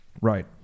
Right